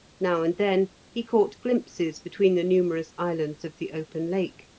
now and then he caught glimpses between the numerous islands of the open lake,